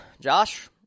Josh